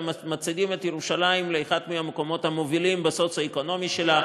מצעידים את ירושלים לאחד המקומות המובילים במדד הסוציו-אקונומי שלה,